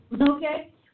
okay